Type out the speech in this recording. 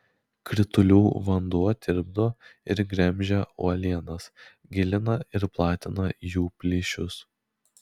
kritulių vanduo tirpdo ir gremžia uolienas gilina ir platina jų plyšius